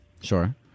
sure